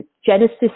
Genesis